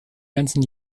ganzen